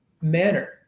manner